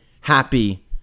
happy